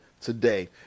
today